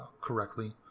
correctly